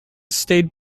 stayed